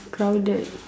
crowded